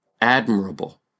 admirable